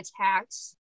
attacks